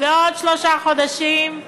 ועוד שלושה חודשים,